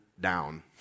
down